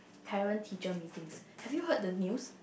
parent teacher Meetings have you heard the news